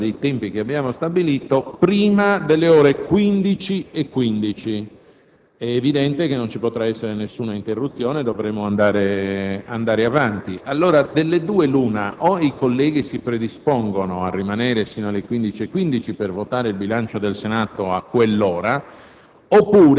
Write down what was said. non è prevedibile la chiusura della seduta, sulla base dei tempi che abbiamo stabilito, prima delle ore 15,15. È evidente che non ci potrà essere nessuna interruzione e dovremo andare avanti. Allora, delle due l'una: o i colleghi si predispongono a rimanere sino alle ore 15,15 per votare